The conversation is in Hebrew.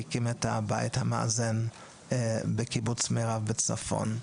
שהקים את הבית המאזן בקיבוץ מירב בצפון.